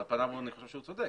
על פניו אני חושב שהוא צודק,